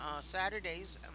Saturdays